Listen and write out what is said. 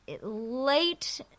late